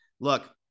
look